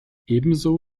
ebenso